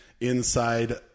inside